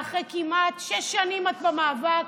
אחרי כמעט שש שנים שאת במאבק,